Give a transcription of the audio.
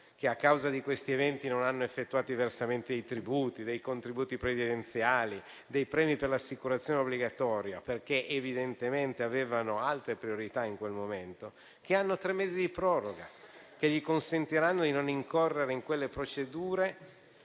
che a causa di questi non hanno effettuato i versamenti dei tributi, dei contributi previdenziali e dei premi per l'assicurazione obbligatoria, avendo evidentemente altre priorità in quel momento, che hanno tre mesi di proroga che gli consentiranno di non incorrere in quelle procedure